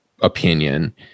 opinion